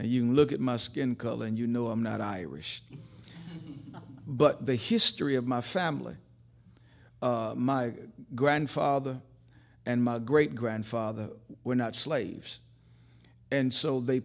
you look at my skin color and you know i'm not irish but the history of my family my grandfather and my great grandfather were not slaves and so they